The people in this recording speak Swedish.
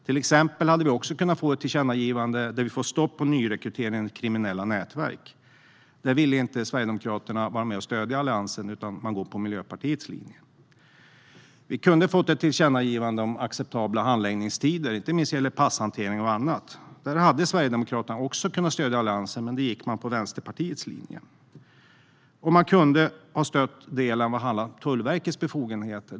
Till exempel hade vi också kunnat få ett tillkännagivande om att få stopp på nyrekryteringen till kriminella nätverk. Där ville inte Sverigedemokraterna vara med och stödja Alliansen utan går på Miljöpartiets linje. Vi kunde ha fått ett tillkännagivande om acceptabla handläggningstider, inte minst när det gäller passhantering och annat. Där hade Sverigedemokraterna också kunnat stödja Alliansen men gick på Vänsterpartiets linje. Och man kunde ha stött den del som handlar om Tullverkets befogenheter.